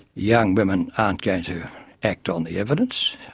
young women aren't going to act on the evidence,